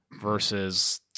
versus